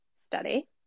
study